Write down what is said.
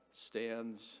stands